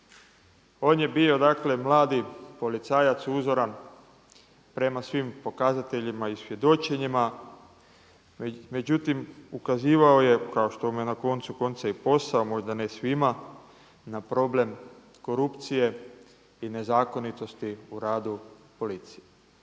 On je bio, dakle mladi policajac uzoran prema svim pokazateljima i svjedočenjima. Međutim, ukazivao je kao što mu je na koncu konca i posao, možda ne svima na problem korupcije i nezakonitosti u radu policije.